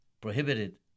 prohibited